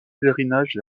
pèlerinage